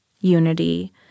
unity